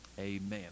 Amen